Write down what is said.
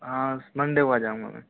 हाँ मंडे को आ जाऊंगा मैं